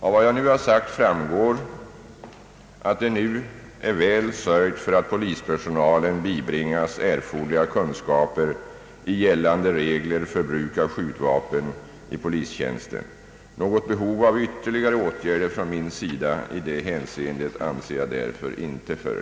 Av vad jag nu har sagt framgår, att det nu är väl sörjt för att polispersonalen bibringas erforderliga kunskaper i gällande regler för bruk av skjutvapen i polistjänsten. Något behov av ytterligare åtgärder från min sida i detta hänseende anser jag därför inte före